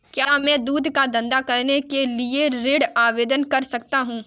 क्या मैं दूध का धंधा करने के लिए ऋण आवेदन कर सकता हूँ?